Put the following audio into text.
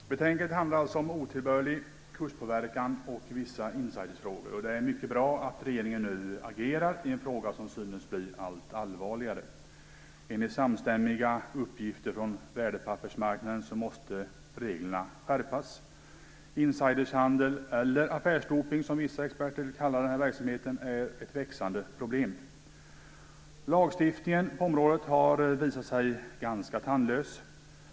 Herr talman! Betänkandet handlar alltså om otillbörlig kurspåverkan och vissa insiderfrågor. Det är mycket bra att regeringen nu agerar i en fråga som synes bli allt allvarligare. Enligt samstämmiga uppgifter från värdepappersmarknaden måste reglerna skärpas. Insiderhandel - eller affärsdopning, som vissa experter vill kalla den här verksamheten - är ett växande problem. Lagstiftningen på området har visat sig ganska tandlös.